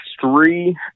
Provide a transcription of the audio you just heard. three